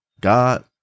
God